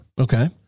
Okay